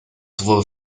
sowohl